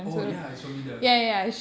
oh ya it's from india